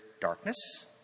darkness